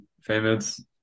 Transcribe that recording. famous